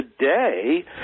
Today